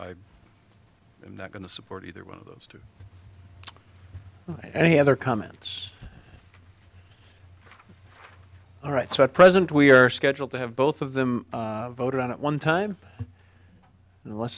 i am not going to support either one of those to any other comments all right so at present we are scheduled to have both of them voted on at one time unless